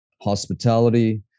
hospitality